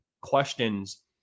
questions